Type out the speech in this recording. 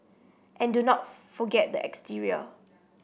and do not forget the exterior